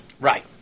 Right